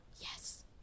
Yes